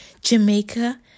jamaica